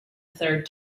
third